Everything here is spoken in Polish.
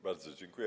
Bardzo dziękuję.